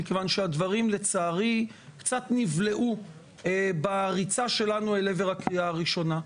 מכיוון שלצערי הדברים קצת נבלעו בריצה שלנו אל עבר הקריאה הראשונה,